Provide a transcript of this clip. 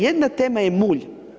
Jedna tema je mulj.